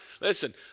listen